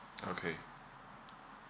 okay